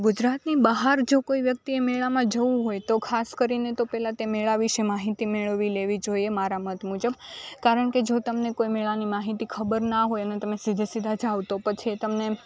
ગુજરાતની બહાર જો કોઈ વ્યક્તિ એ મેળામાં જવું હોય તો ખાસ કરીને તો પેલા તે મેળા વિષે માહિતી મેળવી લેવી જોઈએ મારા મત મુજબ કારણ કે જો તમને કોઈ મેળાની માહિતી ખબર ના હોય અને તમે સીધે સીધા જાઓ તો પછી એ તમને